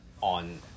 on